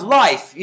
life